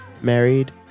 married